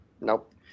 Nope